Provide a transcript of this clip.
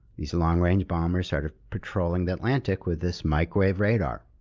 these long-range bombers started patrolling the atlantic with this microwave radar.